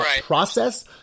process